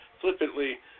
flippantly